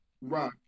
Right